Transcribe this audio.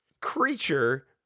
creature